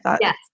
Yes